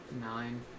Nine